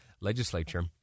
legislature